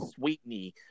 sweetney